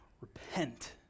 repent